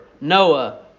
Noah